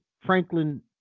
Franklin